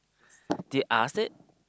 did ask it